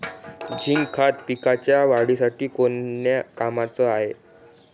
Zinc खत पिकाच्या वाढीसाठी कोन्या कामाचं हाये?